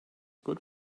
good